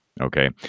Okay